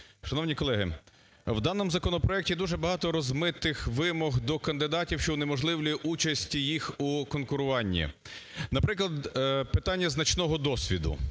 Шановні колеги, в даному законопроекті дуже багато розмитих вимог до кандидатів, що унеможливлює участь їх у конкуруванні, наприклад, питання значного досвіду,